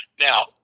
Now